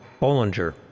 bollinger